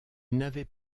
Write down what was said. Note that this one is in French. n’avait